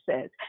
says